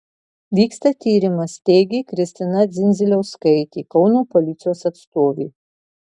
vyksta tyrimas teigė kristina dzindziliauskaitė kauno policijos atstovė